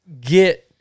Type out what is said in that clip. get